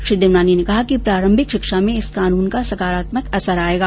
श्री देवनानी ने कहा कि प्रारंभिक शिक्षा में इस कानून का सकारात्मक असर आएगा